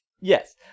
Yes